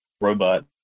robot